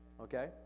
okay